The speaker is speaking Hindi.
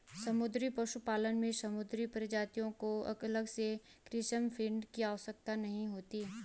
समुद्री पशुपालन में समुद्री प्रजातियों को अलग से कृत्रिम फ़ीड की आवश्यकता नहीं होती